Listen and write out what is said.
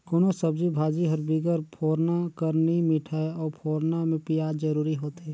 कोनोच सब्जी भाजी हर बिगर फोरना कर नी मिठाए अउ फोरना में पियाज जरूरी होथे